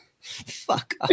Fuck